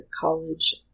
college